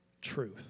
truth